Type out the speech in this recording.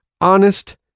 honest